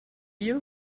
you